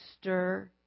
stir